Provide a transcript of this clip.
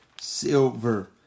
silver